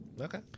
okay